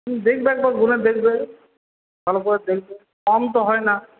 দেখবে একবার গুনে দেখবে ভালো করে দেখবে কম তো হয় না